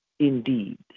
indeed